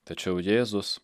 tačiau jėzus